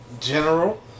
General